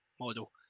Model